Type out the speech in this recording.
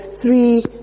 three